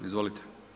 Izvolite.